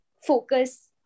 focus